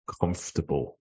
comfortable